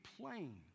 plain